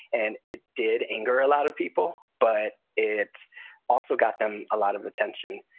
and it did anger a lot of people, but it also got them a lot of attention.